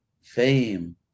fame